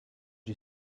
you